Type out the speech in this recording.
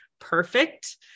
perfect